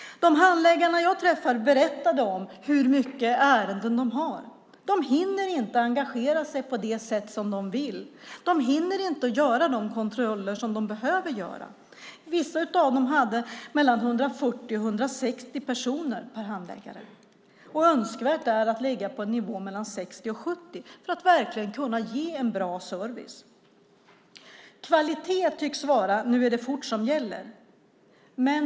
De handläggare jag träffade berättade hur många ärenden de har. De hinner inte engagera sig på det sätt som de vill. De hinner inte göra de kontroller de behöver göra. Vissa av dem hade 140-160 personer per handläggare. Det är önskvärt att ligga på nivån 60-70 för att verkligen kunna ge en bra service. Kvalitet tycks vara: Nu är det fort som gäller.